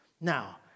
Now